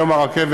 היום הרכבת,